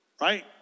right